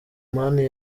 mani